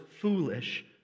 foolish